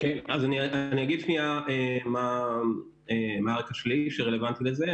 אני אגיד מה הרקע הרלבנטי שלי,